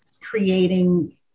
creating